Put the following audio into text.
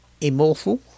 immortal